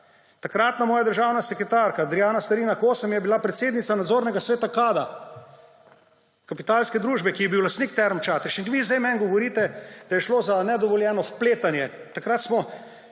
Takratna moja državna sekretarka Adrijana Starina Kosem je bila predsednica nadzornega sveta Kada, Kapitalske družbe, ki je bil lastnik Term Čatež. In vi zdaj meni govorite, da je šlo za nedovoljeno vpletanje? Takrat smo